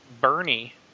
Bernie